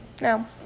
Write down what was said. No